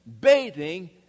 bathing